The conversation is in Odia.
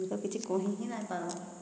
ମୁଇଁ ତ କିଛି କହି ହିଁ ନାଇଁ ପାର୍ବା